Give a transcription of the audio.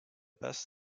best